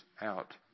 out